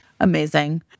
amazing